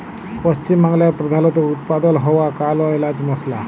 পশ্চিম বাংলায় প্রধালত উৎপাদল হ্য়ওয়া কাল এলাচ মসলা